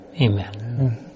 Amen